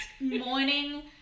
morning